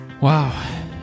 Wow